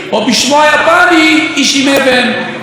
מה זו השנאה הזו?